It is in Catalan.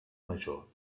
major